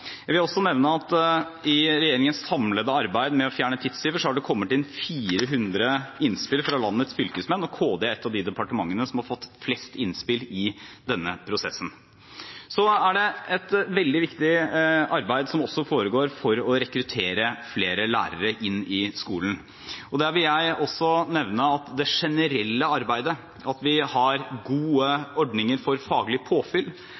Jeg vil også nevne at i regjeringens samlede arbeid med å fjerne tidstyver har det kommet inn 400 innspill fra landets fylkesmenn. KD er et av de departementene som har fått flest innspill i denne prosessen. Så er det et veldig viktig arbeid som foregår for å rekruttere flere lærere inn i skolen. Der vil jeg også nevne det generelle arbeidet: At vi har gode ordninger for faglig påfyll,